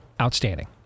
outstanding